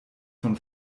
von